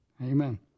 amen